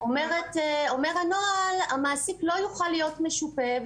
אומר הנוהל המעסיק לא יוכל להיות משופה,